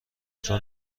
چون